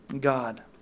God